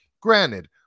Granted